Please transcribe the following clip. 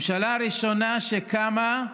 זו הממשלה הראשונה שקמה,